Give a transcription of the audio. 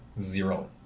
zero